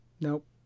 Nope